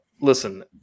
listen